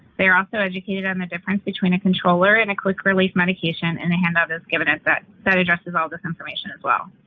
they're also educated on the difference between a controller and a quick-release medication, and a handout is given that that so addresses all this information, as well.